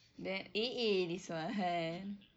then eh eh this one